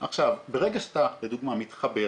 אבל אני חושב שבדרך יש עוד המון דברים לעשות.